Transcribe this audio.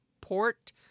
Port